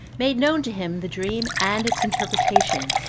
made known to him the dream and its interpretation,